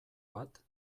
bat